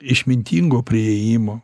išmintingo priėjimo